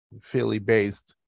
Philly-based